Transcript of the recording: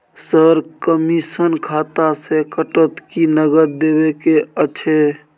Sir, commission खाता से कटत कि नगद देबै के अएछ?